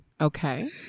Okay